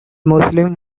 muslims